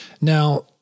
Now